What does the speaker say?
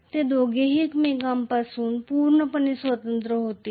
ते दोघेही एकमेकांपासून पूर्णपणे स्वतंत्र होतील